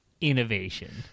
innovation